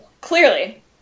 clearly